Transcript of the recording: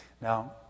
Now